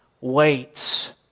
waits